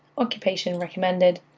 occupation, recommended.